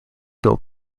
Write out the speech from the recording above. built